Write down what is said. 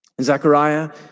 Zechariah